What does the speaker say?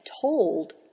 told